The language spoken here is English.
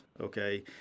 okay